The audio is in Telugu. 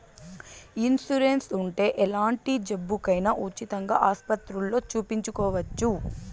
ఇన్సూరెన్స్ ఉంటే ఎలాంటి జబ్బుకైనా ఉచితంగా ఆస్పత్రుల్లో సూపించుకోవచ్చు